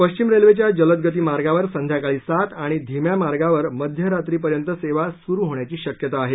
पश्चिम रेल्वेच्या जलदगती मार्गावर संध्याकाळी सात आणि धीम्या मार्गावर मध्यरात्रीपर्यंत सेवा सुरू होण्याची शक्यता आहे